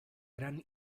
gran